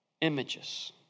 images